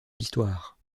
l’histoire